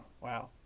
Wow